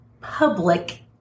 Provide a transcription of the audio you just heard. public